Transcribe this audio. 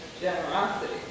generosity